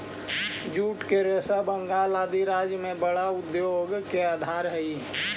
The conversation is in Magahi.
जूट के रेशा बंगाल आदि राज्य में बड़ा उद्योग के आधार हई